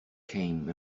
came